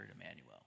Emmanuel